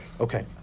Okay